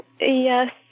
Yes